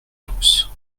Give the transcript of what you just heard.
tous